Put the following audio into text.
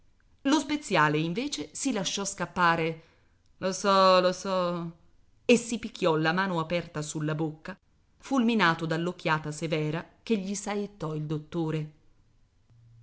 lo speziale invece si lasciò scappare lo so lo so e si picchiò la mano aperta sulla bocca fulminato dall'occhiata severa che gli saettò il dottore